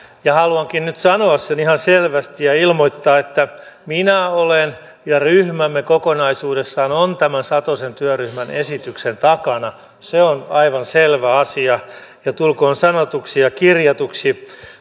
haluankin nyt sanoa sen ihan selvästi ja ilmoittaa että minä olen ja ryhmämme kokonaisuudessaan on tämän satosen työryhmän esityksen takana se on aivan selvä asia tulkoon sanotuksi ja kirjatuksi